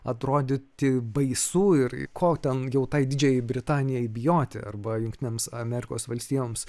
atrodyti baisu ir ko ten jau tai didžiajai britanijai bijoti arba jungtinėms amerikos valstijoms